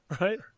right